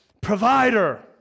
provider